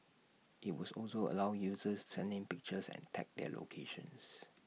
IT also allow users send in pictures and tag their locations